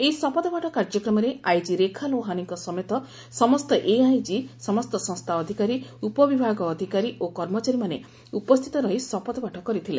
ଏହି ଶପଥପାଠ କାର୍ଯ୍ୟକ୍ରମରେ ଆଇଜି ରେଖା ଲୋହାନୀଙ୍କ ସମେତ ସମସ୍ତ ଏଆଇଜି ସମସ୍ତ ସଂସ୍ଥା ଅଧିକାରୀ ଉପବିଭାଗ ଅଧିକାରୀ ଓ କର୍ମଚାରୀମାନେ ଉପସ୍ରିତ ରହି ଶପଥ ପାଠ କରିଥିଲେ